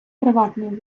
приватної